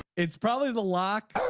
it's probably the lock